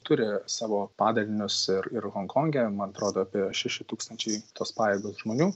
turi savo padalinius ir ir honkonge man atrodo apie šeši tūkstančiai tos pajėgos žmonių